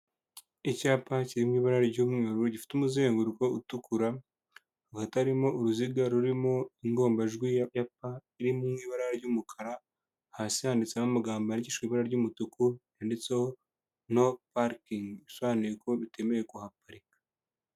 Icyapa kiri mu ibara ry'umweru gifite umuzenguruko utukura, hagati harimo uruziga rurimo ingombajwi ya p iri mu ibara ry'umukara hasi yanditseho amagambo yandikishijwe ibara ry'umutuku handitseho no parikingi bisobanuye ko bitemewe kuhaparika.